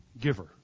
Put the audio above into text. giver